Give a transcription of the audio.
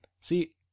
See